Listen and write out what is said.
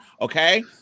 Okay